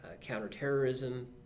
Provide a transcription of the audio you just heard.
counterterrorism